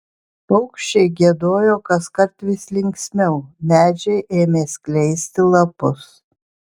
paukščiai giedojo kaskart vis linksmiau medžiai ėmė skleisti lapus